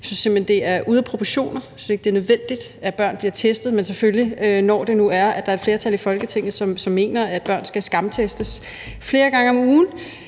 hen, det er ude af proportioner. Jeg synes ikke, det er nødvendigt, at børn bliver testet. Men når der nu er et flertal i Folketinget, som mener, at børn skal skamtestes flere gange om ugen,